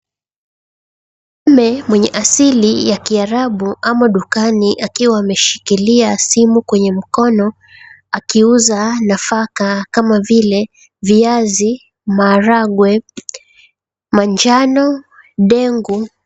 Mwanamume mwenye asili ya kiarabu amo dukani akiwa ameshikilia simu kwenye mkono akiuza nafaka kama vile viazi, maharagwe, manjano, dengu.